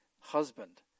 husband